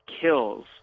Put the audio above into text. kills